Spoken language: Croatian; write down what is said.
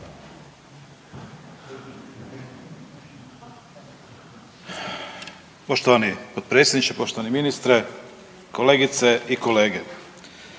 Poštovani potpredsjedniče, poštovani ministre, poštovane kolegice i kolege,